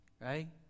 Right